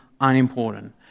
unimportant